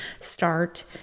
start